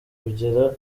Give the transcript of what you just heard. kugera